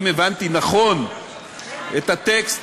אם הבנתי נכון את הטקסט,